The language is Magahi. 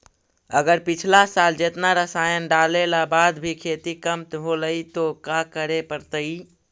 अगर पिछला साल जेतना रासायन डालेला बाद भी खेती कम होलइ तो का करे पड़तई?